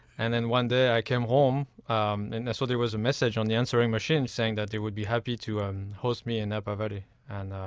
and then, one day i came home and saw there was a message on the answering machine saying that they would be happy to um host me in napa valley, and calif.